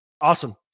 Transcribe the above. Awesome